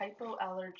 hypoallergenic